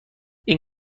این